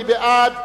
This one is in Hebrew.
מי בעד?